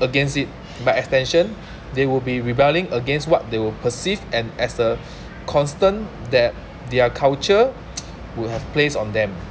against it by extension they will be rebelling against what they will perceived and as the constant that their culture would have placed on them